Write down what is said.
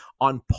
On